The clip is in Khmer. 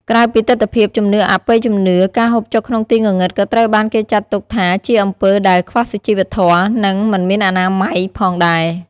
ក្រៅពីទិដ្ឋភាពជំនឿអបិយជំនឿ ការហូបចុកក្នុងទីងងឹតក៏ត្រូវបានគេចាត់ទុកថាជាអំពើដែល ខ្វះសុជីវធម៌ និង មិនមានអនាម័យ ផងដែរ ។